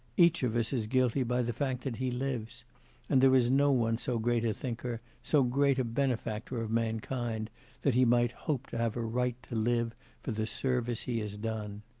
each of us is guilty by the fact that he lives and there is no one so great a thinker, so great a benefactor of mankind that he might hope to have a right to live for the service he has done.